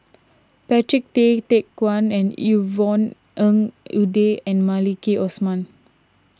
Patrick Tay Teck Guan and Yvonne Ng Uhde and Maliki Osman